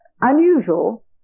unusual